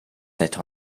set